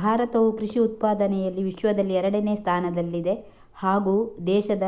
ಭಾರತವು ಕೃಷಿ ಉತ್ಪಾದನೆಯಲ್ಲಿ ವಿಶ್ವದಲ್ಲಿ ಎರಡನೇ ಸ್ಥಾನದಲ್ಲಿದೆ ಹಾಗೂ ದೇಶದ